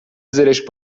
زرشک